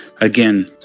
Again